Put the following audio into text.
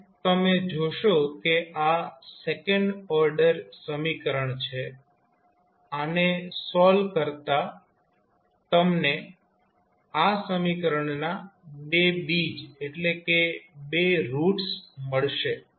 હવે તમે જોશો કે આ સેકન્ડ ઓર્ડર સમીકરણ છે આને સોલ્વ કરતા તમને આ સમીકરણના બે બીજ મળશે